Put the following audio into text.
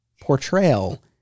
portrayal